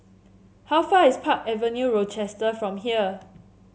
how far away is Park Avenue Rochester from here